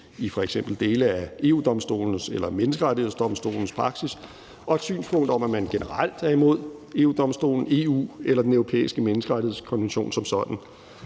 i f.eks. dele af EU-Domstolens eller Menneskerettighedsdomstolens praksis og et synspunkt om, at man generelt er imod EU-Domstolen, EU eller Den Europæiske Menneskerettighedskonvention som sådan.